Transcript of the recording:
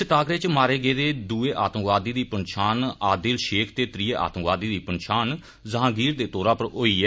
इस टाकरे इच मारे गेदे दुए आतंकवादी दी पन्छान आदील शेख ते त्रिएं आतंकवादी दी पन्छान जुहांगीर दे तौरा पर होई ऐ